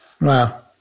Wow